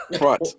Right